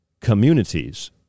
communities